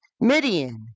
Midian